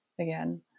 again